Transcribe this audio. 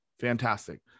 Fantastic